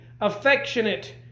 affectionate